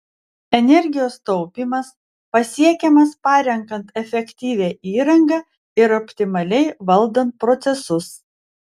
energijos taupymas pasiekiamas parenkant efektyvią įrangą ir optimaliai valdant procesus